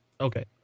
Okay